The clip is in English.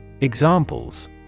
EXAMPLES